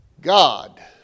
God